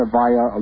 via